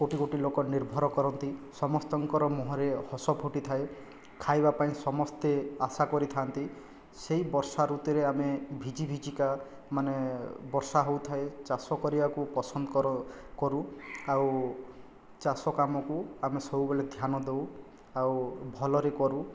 କୋଟି କୋଟି ଲୋକ ନିର୍ଭର କରନ୍ତି ସମସ୍ତଙ୍କର ମୁହଁରେ ହସ ଫୁଟିଥାଏ ଖାଇବା ପାଇଁ ସମସ୍ତେ ଆଶା କରିଥା'ନ୍ତି ସେହି ବର୍ଷା ଋତୁରେ ଆମେ ଭିଜି ଭିଜିକା ମାନେ ବର୍ଷା ହେଉଥାଏ ଚାଷ କରିବାକୁ ପସନ୍ଦ କର କରୁ ଆଉ ଚାଷ କାମକୁ ଆମେ ସବୁବେଳେ ଧ୍ୟାନ ଦେଉ ଆଉ ଭଲରେ କରୁ